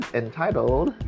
entitled